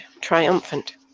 triumphant